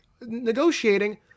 Negotiating